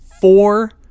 four